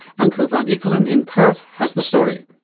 anke van eekelen in perth has the story.